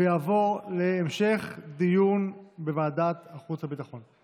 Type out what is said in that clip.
הראשונה ותועבר להמשך דיון בוועדת החוץ והביטחון.